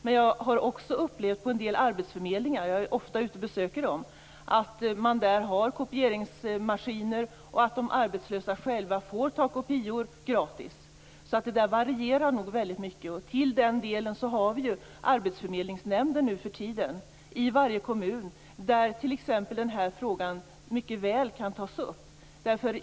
Men jag har också upplevt att en del arbetsförmedlingar - jag är ofta ute och besöker dem - har kopieringsmaskiner där de arbetslösa själva får ta kopior gratis. Det där varierar nog väldigt mycket. Till den delen har vi ju numera arbetsförmedlingsnämnder i varje kommun, där t.ex. den här frågan mycket väl kan tas upp.